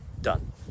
done